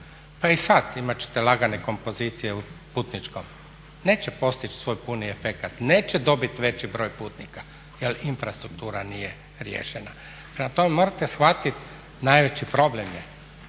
Pa i sad imat će te lagane kompozicije u putničkom, neće postići svoj puni efekat, neće dobiti veći broj putnika je infrastruktura nije riješena. Prema tome, morate shvatiti najveći problem je